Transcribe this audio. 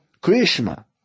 Krishna